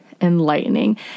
enlightening